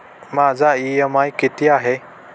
माझा इ.एम.आय किती आहे?